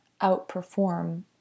outperform